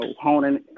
honing